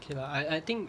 okay lah I I think